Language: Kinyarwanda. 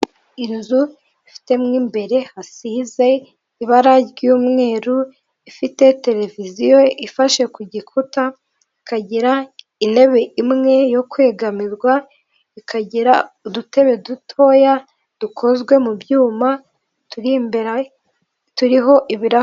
Inzu ifit mo imbere hasize ibara ry'umweru, ifite televiziyo ifashe ku gikuta, ikagira intebe imwe yo kwegamirwa, ikagira udutebe dutoya dukozwe mu byuma turi imbere, turiho ibirahure.